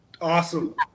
Awesome